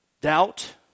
Doubt